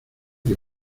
que